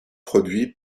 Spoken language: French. produit